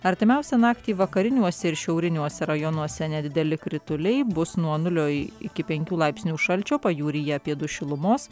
artimiausią naktį vakariniuose ir šiauriniuose rajonuose nedideli krituliai bus nuo nulio iki penkių laipsnių šalčio pajūryje apie du šilumos